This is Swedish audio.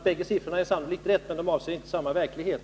Bägge siffrorna är sannolikt riktiga, men de avser inte samma verklighet.